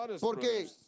porque